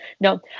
No